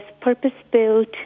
purpose-built